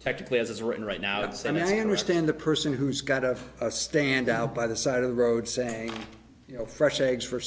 technically as it's written right now it's and i understand a person who's got to stand out by the side of the road saying you know fresh eggs for